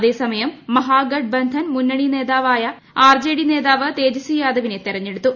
അതേസമയം മഹാഗഡ്ബന്ധൻ മുന്നണി നേതാവായി ആർജെഡി നേതാവ് തേജസ്വിയാദവിനെ തെരഞ്ഞെടുത്തു